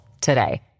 today